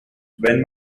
wenn